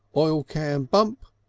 oil can blump,